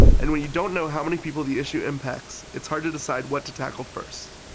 and when you don't know how many people the issue impacts, it's hard to decide what to tackle first.